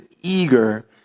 eager